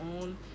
own